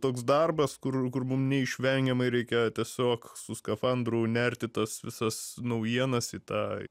toks darbas kur kur mum neišvengiamai reikia tiesiog su skafandru nert į tas visas naujienas į tą